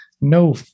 No